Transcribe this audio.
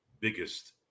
biggest